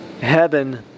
Heaven